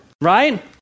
right